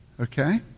Okay